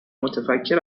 متفکر